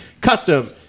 Custom